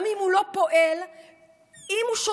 גם אם הוא לא פועל,